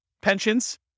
pensions